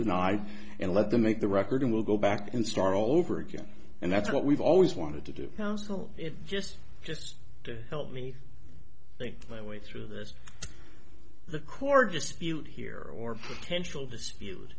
deny and let them make the record and we'll go back and start all over again and that's what we've always wanted to do counsel it's just just to help me think my way through this the court dispute here or potential dispute